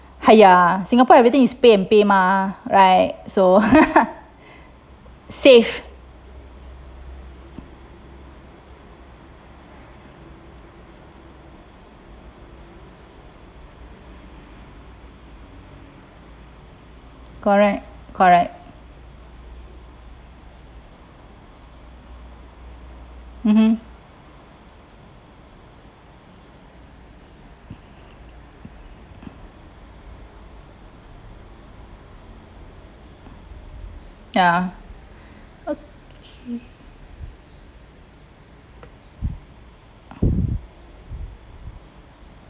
!haiya! singapore everything is pay and pay mah right so safe correct correct (uh huh) ya okay